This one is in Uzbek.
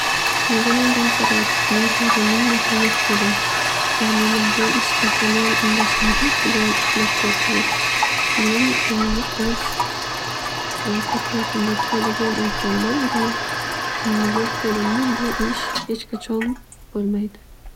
Nega mendan so'rayabsiz men sizga ming marta yo'q dedim va meni bu ishga haliyam undashingiz judayam ahmoqgarchilik. Men o'z qatiyatimda turadigan insonman va yo'q dedimmi bu ish hech qachon bo'lmaydi.